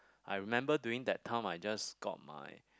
I remember during that time I just got my